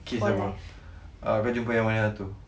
K sabar uh kau jumpa yang mana satu